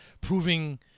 proving